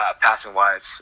passing-wise